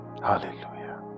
hallelujah